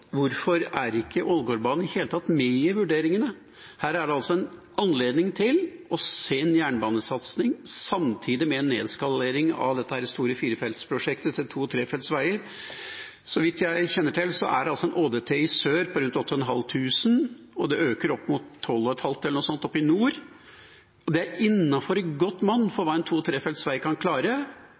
Hvorfor er ikke Ålgårdbanen i det hele tatt med i vurderingene? Her er det altså en anledning til å se en jernbanesatsing samtidig med en nedskalering av dette store firefeltsprosjektet til to- og trefeltsveier. Så vidt jeg kjenner til, er det en ÅDT i sør på rundt 8 500, og det øker opp mot 12 500, eller noe sånt, i nord. Det er i godt monn innenfor hva en